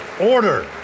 order